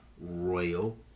royal